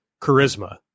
charisma